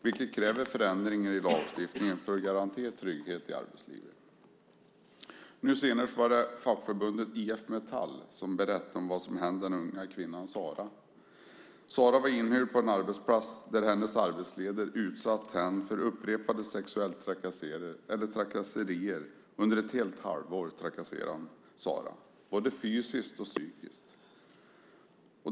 Det kräver förändringar i lagstiftningen för att garantera trygghet i arbetslivet. Senast var det fackförbundet IF Metall som berättade om vad som hände den unga kvinnan Sara. Sara var inhyrd på en arbetsplats där hennes arbetsledare utsatte henne för upprepade sexuella trakasserier. Under ett helt halvår trakasserade han Sara, både fysiskt och psykiskt.